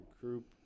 group